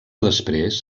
després